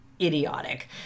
idiotic